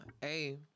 hey